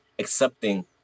accepting